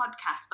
podcast